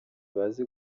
bazi